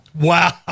Wow